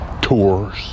tours